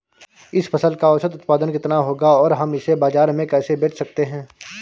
इस फसल का औसत उत्पादन कितना होगा और हम इसे बाजार में कैसे बेच सकते हैं?